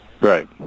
Right